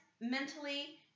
mentally